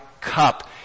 cup